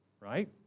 right